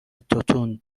توتون